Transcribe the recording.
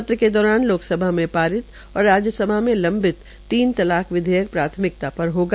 सत्र के दौरान लोकसभा में पारित और राज्य सभा में लंबित तीन तलाक विधेयक प्राथमिकता पर होगा